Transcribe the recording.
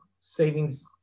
savings